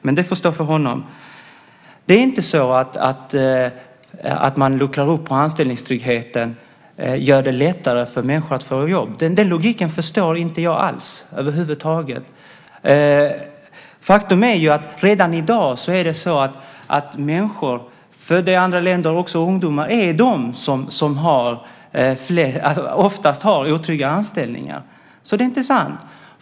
Men det får stå för honom. Det är inte så att man genom att luckra upp anställningstryggheten gör det lättare för människor att få jobb. Den logiken förstår jag inte över huvud taget. Faktum är ju att redan i dag är det så att människor, födda i andra länder - också ungdomar - är de som oftast har otrygga anställningar.